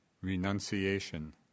renunciation